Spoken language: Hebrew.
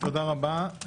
תודה רבה.